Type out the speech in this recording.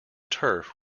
turf